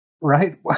right